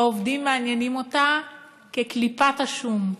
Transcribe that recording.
העובדים מעניינים אותה כקליפת השום.